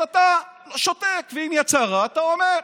אתה שותק, ואם יצא רע, אתה אומר.